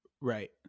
Right